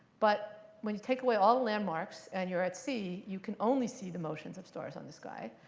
but when you take away all landmarks and you're at sea, you can only see the motions of stars on the sky.